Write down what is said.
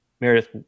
Meredith